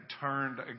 turned